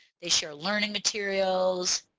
they share learning materials.